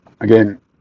again